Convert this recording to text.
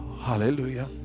Hallelujah